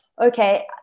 okay